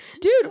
dude